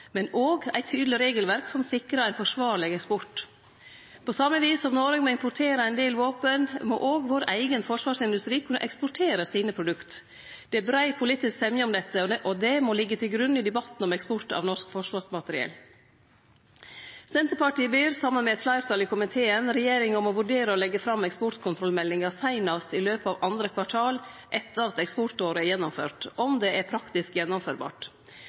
men òg eit tydeleg regelverk som sikrar ein forsvarleg eksport. På same vis som Noreg må importere ein del våpen, må òg vår eigen forsvarsindustri kunne eksportere sine produkt. Det er brei politisk semje om dette, og det må liggje til grunn i debatten om eksport av norsk forsvarsmateriell. Senterpartiet ber, saman med eit fleirtal i komiteen, regjeringa om å vurdere å leggje fram eksportkontrollmeldinga seinast i løpet av andre kvartal etter at eksportåret er gjennomført, om det er praktisk gjennomførbart.